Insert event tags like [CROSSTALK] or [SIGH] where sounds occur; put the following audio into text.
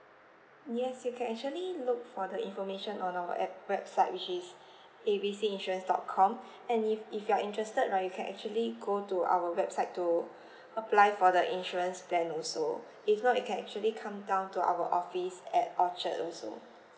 yes you can actually look for the information or on our app website which is [BREATH] A B C insurance dot com [BREATH] and if if you are interested right you can actually go to our website to [BREATH] apply for the insurance plan also if not you can actually come down to our office at orchard also